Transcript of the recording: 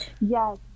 Yes